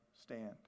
stand